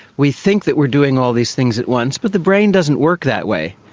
we think that we're doing all these things at once but the brain doesn't work that way.